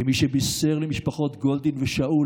כמי שבישר למשפחות גולדין ושאול,